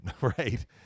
right